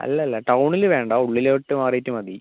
അല്ലല്ല ടൗണിൽ വേണ്ടാ ഉള്ളിലോട്ട് മാറിയിട്ട് മതി